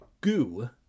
goo